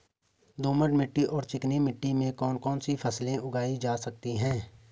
दोमट मिट्टी और चिकनी मिट्टी में कौन कौन सी फसलें उगाई जा सकती हैं?